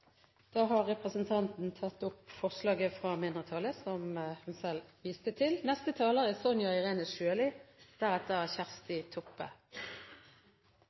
tatt opp forslaget fra mindretallet som hun viste til.